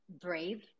brave